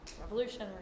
revolution